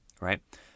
right